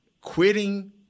quitting